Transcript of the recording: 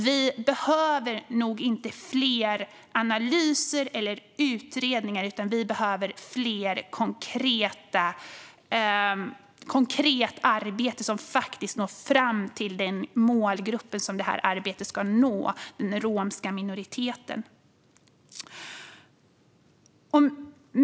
Vi behöver nog inte fler analyser eller utredningar, utan vi behöver konkret arbete som faktiskt når fram till den målgrupp som det här arbetet ska nå: den romska minoriteten.